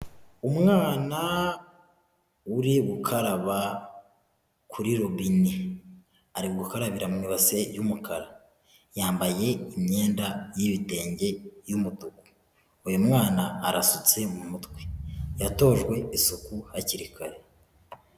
Umwana uri gukaraba kuri robine. Ari gukarabira mu ibase y'umukara. Yambaye imyenda y'ibitenge y'umutuku. Uyu mwana arasutse mu mutwe. Yatojwe isuku hakiri kare.